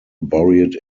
buried